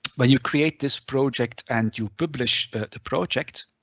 but you create this project and you publish the project,